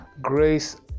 grace